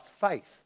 faith